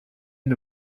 une